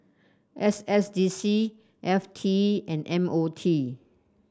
S S D C F T and M O T